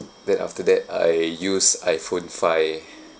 then after that I used I_phone five